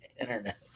internet